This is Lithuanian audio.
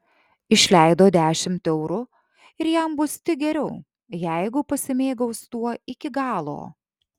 išleido dešimt eurų ir jam bus tik geriau jeigu pasimėgaus tuo iki galo